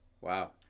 Wow